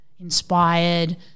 inspired